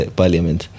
parliament